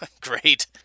Great